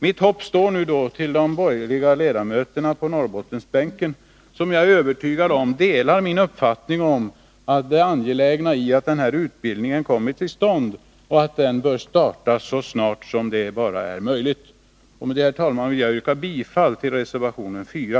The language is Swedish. Mitt hopp står nu till de borgerliga ledamöterna på Norrbottensbänken, som — det är jag övertygad om — delar min uppfattning om att det är angeläget att denna utbildning kommer till stånd och att den bör starta så snart det är möjligt. Med detta, herr talman, yrkar jag bifall till reservation 4.